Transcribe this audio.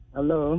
Hello